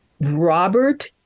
Robert